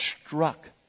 struck